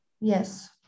Yes